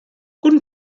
guten